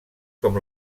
com